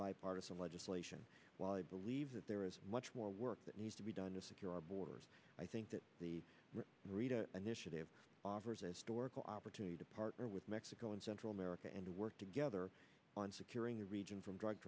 bipartisan legislation while i believe that there is much more work that needs to be done to secure our borders i think that the reader offers a stork opportunity to partner with mexico and central america and work together on securing the region from drug